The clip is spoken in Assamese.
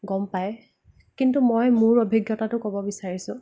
গম পায় কিন্তু মই মোৰ অভিজ্ঞতাটো ক'ব বিচাৰিছোঁ